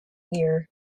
year